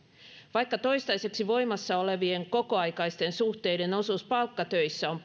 vaikka toistaiseksi voimassa olevien kokoaikaisten suhteiden osuus palkkatöissä on